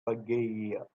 pangaea